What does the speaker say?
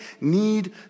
need